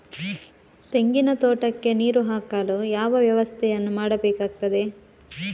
ತೆಂಗಿನ ತೋಟಕ್ಕೆ ನೀರು ಹಾಕಲು ಯಾವ ವ್ಯವಸ್ಥೆಯನ್ನು ಮಾಡಬೇಕಾಗ್ತದೆ?